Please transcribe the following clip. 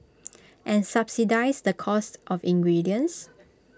and subsidise the cost of ingredients